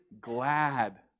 glad